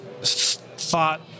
thought